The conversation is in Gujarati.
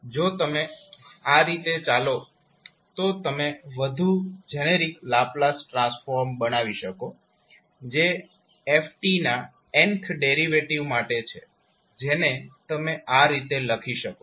જો તમે આ રીતે ચાલો તો તમે વધુ જેનરિક લાપ્લાસ ટ્રાન્સફોર્મ બનાવી શકો જે fના nth ડેરિવેટીવ માટે છે જેને તમે આ રીતે લખી શકો છો